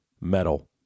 metal